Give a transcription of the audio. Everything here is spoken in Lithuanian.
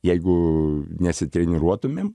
jeigu nesitreniruotumėm